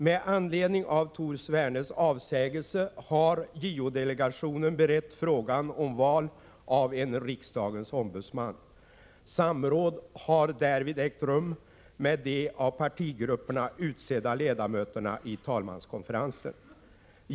Med anledning av Tor Svernes avsägelse har JO-delegationen berett frågan om val av en riksdagens ombudsman. Samråd har därvid ägt rum med de av partigrupperna utsedda ledamöterna i talmanskonferensen.